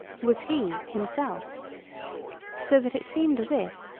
was he, himself so that it seemed as if,